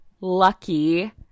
Lucky